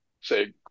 say